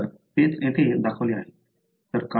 तर तेच येथे दाखवले आहे